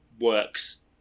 works